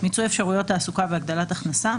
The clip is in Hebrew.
מיצוי אפשרויות תעסוקה והגדלת הכנסה,